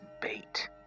bait